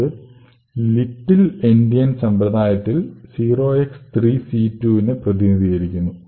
അത് little endian സമ്പ്രദായത്തിൽ 0x3c2 നെ പ്രതിനിധീകരിക്കുന്നു